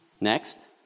Next